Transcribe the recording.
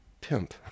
Pimp